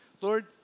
Lord